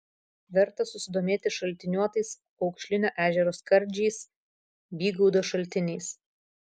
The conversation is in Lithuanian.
verta susidomėti šaltiniuotais aukšlinio ežero skardžiais bygaudo šaltiniais